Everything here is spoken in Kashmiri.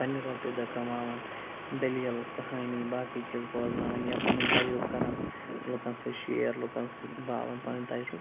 پَنٛنہِ رۄپیہِ داہ کماوان دٔلیٖل کہانی باقٕے چیٖز بوزناوان یا پَنٕنۍ تجربہٕ کَران لُکَن سۭتۍ شیر لُکَن سۭتۍ باوان پَنٕنۍ تجربہٕ